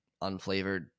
unflavored